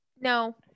no